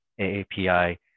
AAPI